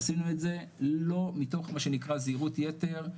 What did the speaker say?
עשינו את זה לא מתוך מה שנקרא זהירות יתר,